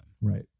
right